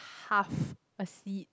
half a seed